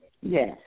yes